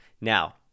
now